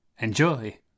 Enjoy